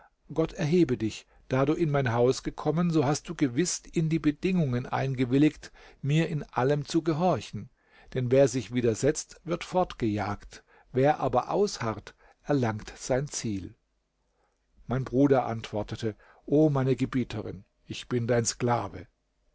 gott erhebe dich da du in mein haus gekommen so hast du gewiß in die bedingungen eingewilligt mir in allem zu gehorchen denn wer sich widersetzt wird fortgejagt wer aber ausharrt erlangt sein ziel mein bruder antwortete o meine gebieterin ich bin dein sklave